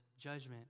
Judgment